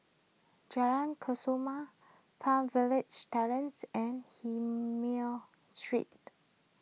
Jalan Kesoma Terrace and Street